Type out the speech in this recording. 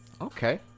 okay